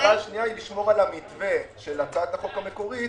לשמור על המתווה של הצעת החוק המקורית